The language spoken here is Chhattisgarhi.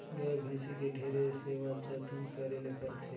गाय, भइसी के ढेरे सेवा जतन करे ले परथे